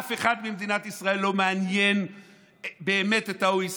אף אחד במדינת ישראל לא מעניין באמת את ה-OECD.